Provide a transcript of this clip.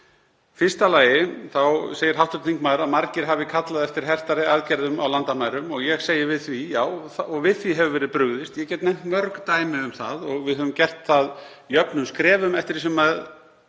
fyrsta lagi segir hv. þingmaður að margir hafi kallað eftir hertari aðgerðum á landamærum. Ég segi við því: Já, og við því hefur verið brugðist. Ég get nefnt mörg dæmi um það og við höfum gert það jöfnum skrefum eftir því sem